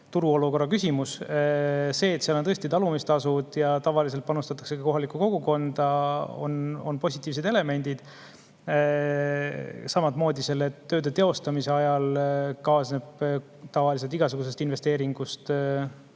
turu olukorra küsimus. See, et seal on tõesti talumistasud ja tavaliselt panustatakse ka kohalikku kogukonda – need on positiivsed elemendid. Samamoodi kaasneb tööde teostamise ajal tavaliselt igasugusest investeeringust